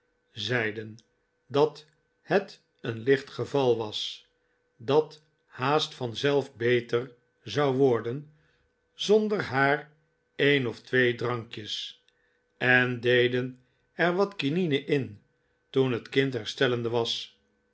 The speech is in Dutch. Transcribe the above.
zeiden dat het een licht geval was dat haast vanzelf beter zou worden zonden haar een of twee drankjes en deden er wat kinine in toen het kind herstellende was